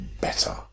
better